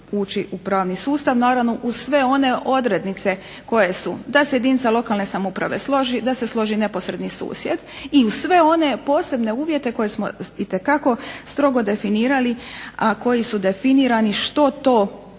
ući u pravni sustav. Naravno uz sve one odrednice koje su da se jedinica lokalne samouprave složi, da se složi neposredni susjed i uz sve one posebne uvjete koje smo itekako strogo definirali, a koji su definirani što to treba